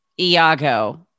Iago